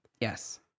Yes